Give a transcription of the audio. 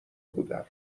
بودم